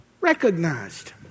Recognized